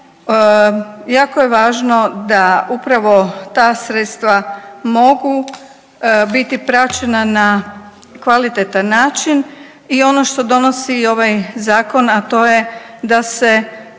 jako je važno da upravo ta sredstva mogu biti praćena na kvalitetan način i ono što donosi ovaj zakon, a to je da se